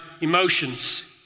emotions